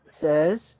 says